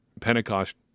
Pentecost